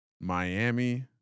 Miami